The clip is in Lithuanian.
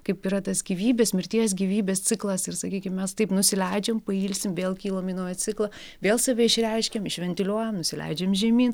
kaip yra tas gyvybės mirties gyvybės ciklas ir sakykim mes taip nusileidžiam pailsim vėl kylam į naują ciklą vėl save išreiškiam išventiliuojam nusileidžiam žemyn